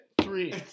three